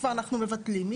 אנחנו מבטלים?